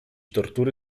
tortury